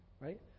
right